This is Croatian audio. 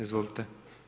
Izvolite.